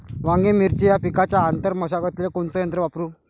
वांगे, मिरची या पिकाच्या आंतर मशागतीले कोनचे यंत्र वापरू?